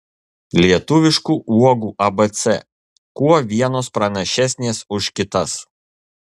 lietuviškų uogų abc kuo vienos pranašesnės už kitas